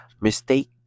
mistake